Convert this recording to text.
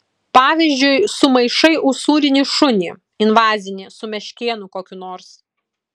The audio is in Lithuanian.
pavyzdžiui sumaišai usūrinį šunį invazinį su meškėnu kokiu nors